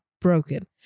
broken